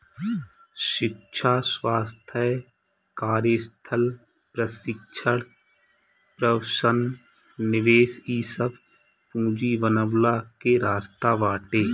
शिक्षा, स्वास्थ्य, कार्यस्थल प्रशिक्षण, प्रवसन निवेश इ सब पूंजी बनवला के रास्ता बाटे